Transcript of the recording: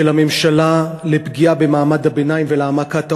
הממשלה לפגיעה במעמד הביניים ולהעמקת העוני,